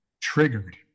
triggered